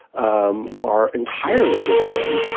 um are entirely giving in.